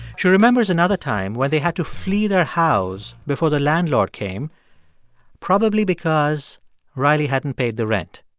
she remembers another time where they had to flee their house before the landlord came probably because riley hadn't paid the rent